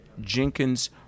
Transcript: Jenkins